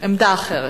עמדה אחרת.